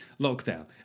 lockdown